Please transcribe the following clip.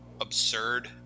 absurd